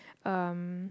um